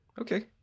Okay